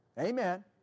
amen